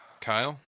Kyle